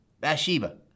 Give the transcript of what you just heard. Bathsheba